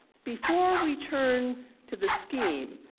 before we turn to the scheme,